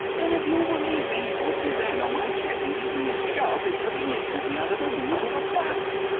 and if you'll believe me, e puts is and on my chest and gives me a shove as pretty near sent me under the wheels of a bus.